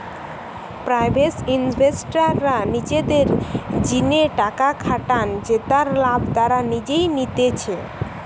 private ইনভেস্টররা নিজেদের জিনে টাকা খাটান জেতার লাভ তারা নিজেই নিতেছে